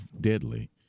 deadly